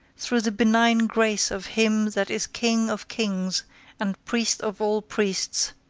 through the benign grace of him that is king of kings and priest of all priests,